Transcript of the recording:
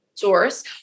source